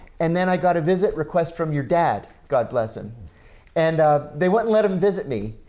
and then i got to visit request from your dad god bless him and they wouldn't let him visit me.